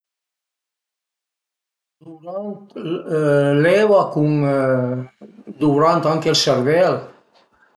Duvrant l'eva cun, duvrant anche ël servèl